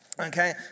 okay